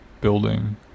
building